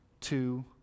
two